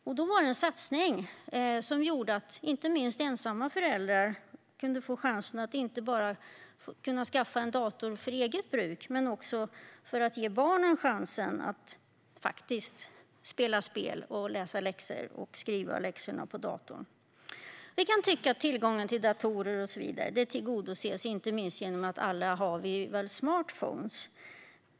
Det var en satsning som gjorde att inte minst ensamstående föräldrar fick möjlighet att inte bara skaffa en dator för eget bruk utan också för att ge barnen en möjlighet att spela spel och göra läxor på datorn. Vi kan tycka att tillgången till datorer tillgodoses inte minst genom att vi alla har en smartphone.